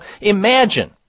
imagine